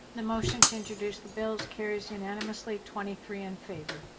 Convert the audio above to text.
the motion to introduce the bills carries unanimously, twenty three in favor.